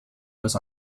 los